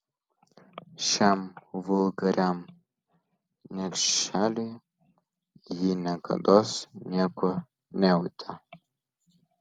šiam vulgariam niekšeliui ji niekados nieko nejautė